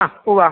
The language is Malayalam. ആ ഉവ്വ്